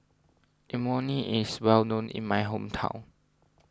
Imoni is well known in my hometown